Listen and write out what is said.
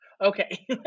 okay